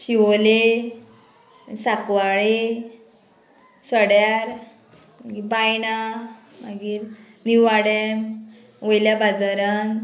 शिवोले साकवाळे सड्यार बायणां मागीर निवाडे वयल्या बाजारान